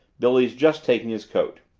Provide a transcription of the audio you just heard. billy's just taking his coat.